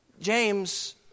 James